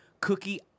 Cookie